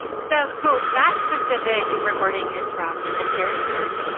so that specific recording is from an npr intern.